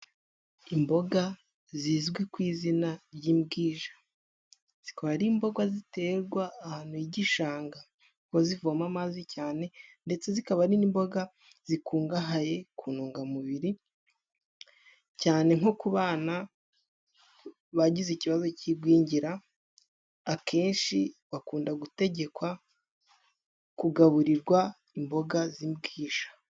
Imboga zizwi ku izina ry'imbwija. Zikaba ari imboga ziterwa ahantu h'igishanga, aho zivoma amazi cyane, ndetse zikaba ari n'imboga zikungahaye ku ntungamubiri, cyane nko ku bana bagize ikibazo cy'igwingira, akenshi bakunda gutegekwa kugaburirwa imboga z'imbwija.